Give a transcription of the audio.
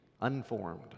unformed